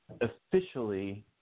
officially –